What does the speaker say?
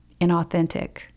inauthentic